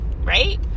right